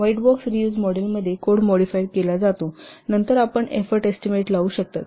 white box reuse model मध्ये code modified केला जातो नंतर आपण एफोर्ट एस्टीमेट लावू शकता